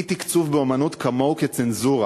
אי-תקצוב באמנות כמוהו כצנזורה,